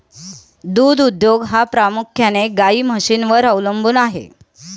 दूध उद्योग हा प्रामुख्याने गाई म्हशींवर अवलंबून आहे